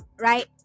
Right